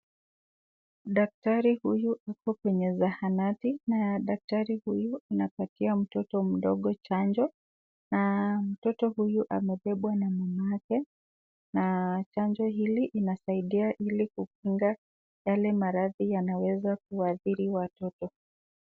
Daktari huyu ako kwenye zahanati, na daktari huyu anapatia mtoto mdogo chanjo, na mtoto huyu amebebwa na mamake, na, chanjo hili inasaidia ili kukinga, yale maradhi yanaweza kuadhiri watoto.